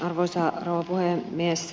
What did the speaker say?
arvoisa rouva puhemies